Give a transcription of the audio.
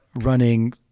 running